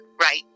Right